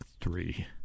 three